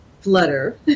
flutter